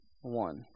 one